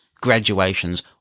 graduations